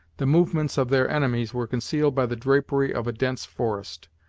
the movements of their enemies were concealed by the drapery of a dense forest.